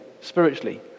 spiritually